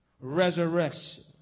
resurrection